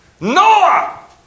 Noah